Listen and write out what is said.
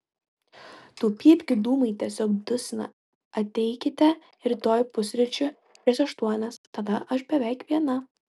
tų pypkių dūmai tiesiog dusina ateikite rytoj pusryčių prieš aštuonias tada aš beveik viena